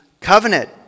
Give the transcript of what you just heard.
covenant